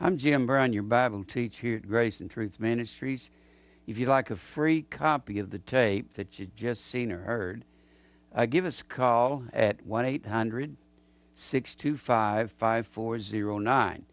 i'm jim brown your bible teach your grace and truth ministries if you like a free copy of the tape that you've just seen or heard give us call at one eight hundred six two five five four zero nine